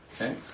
Okay